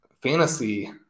fantasy